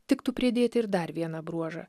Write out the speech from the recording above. tiktų pridėti ir dar vieną bruožą